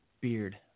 beard